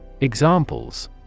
Examples